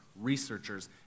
researchers